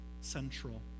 central